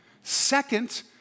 Second